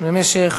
במשך